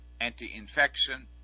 anti-infection